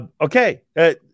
Okay